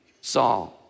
Saul